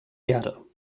erde